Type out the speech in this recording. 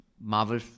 Marvel